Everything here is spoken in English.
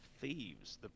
Thieves